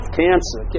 cancer